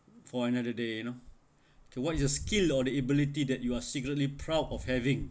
for another day you know towards your skill or the ability that you are secretly proud of having